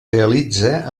realitza